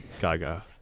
Gaga